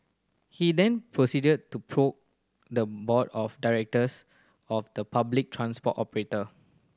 he then proceeded to poke the board of directors of the public transport operator